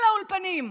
כל האולפנים.